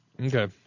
Okay